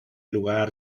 lugar